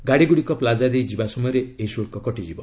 ଗାଡ଼ିଗୁଡ଼ିକ ପ୍ଲାଜାଦେଇ ଯିବା ସମୟରେ ଏହି ଶୁଳ୍କ କଟିବ